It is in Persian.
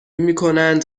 میکنند